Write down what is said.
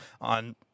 on